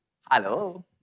Hello